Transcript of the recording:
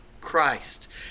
Christ